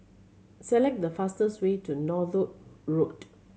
select the fastest way to Northolt Road